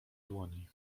dłoni